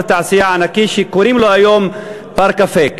תעשייה ענקי שקוראים לו היום פארק-אפק.